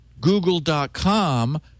google.com